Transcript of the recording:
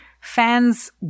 fans